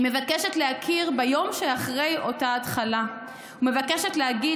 היא מבקשת להכיר ביום שאחרי אותה "התחלה" ומבקשת להגיד